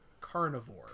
carnivore